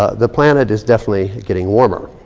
the planet is definitely getting warmer.